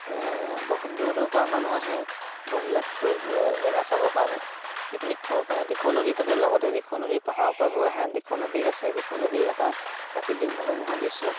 বহুত দূৰ দূৰৰ পৰা মানুহ আহে বহিলাত ফুৰ জেগা চাবৰ কাৰণে পিকনিক খাব কাৰণে দিখৌ নদী তাতে লগতে দিখৌ নদী পাহাৰৰ পৰা বৈ আহাৰ দিখৌ নদী আছে দিখৌ নদী এটা প্ৰাকৃতিক মনোমোহা দৃশ্য